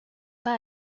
pas